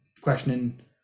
questioning